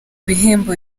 bihembo